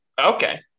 Okay